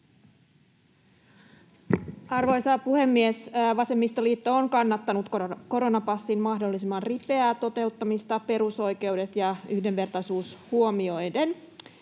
Arvoisa puhemies! Vasemmistoliitto on kannattanut koronapassin mahdollisimman ripeää toteuttamista perusoikeudet ja yhdenvertaisuus huomioiden.